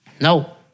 No